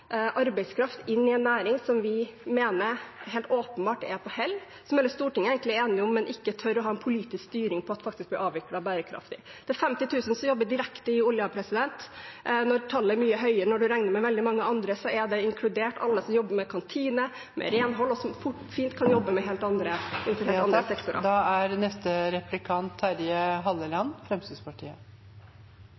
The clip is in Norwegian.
arbeidskraft inn i en næring som vi mener helt åpenbart er på hell, noe som hele Stortinget egentlig er enige om, men ikke tør å ha en politisk styring for å avvikle på en bærekraftig måte. Det er 50 000 som jobber direkte i oljen. Tallet er mye høyere når man regner med veldig mange andre, og da er det inkludert alle som jobber i kantiner, med renhold, og som fint kan jobbe innenfor helt andre